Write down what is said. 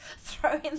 Throwing